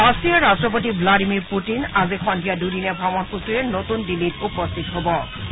ৰাছিয়াৰ ৰাট্টপতি Vladimir Putin আজি সন্ধিয়া দুদিনীয়া ভ্ৰমণসূচীৰে নতুন দিল্লীত উপস্থিত হ'ব